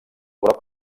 groc